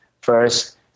First